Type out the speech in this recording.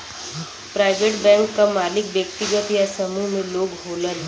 private bank क मालिक व्यक्तिगत या समूह में लोग होलन